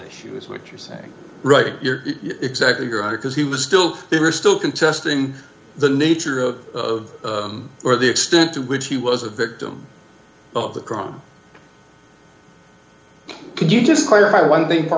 issue is what you're saying right you're exactly right because he was still they were still contesting the nature of or the extent to which he was a victim of the crime could you just clarify one thing for